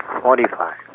Forty-five